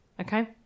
okay